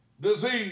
disease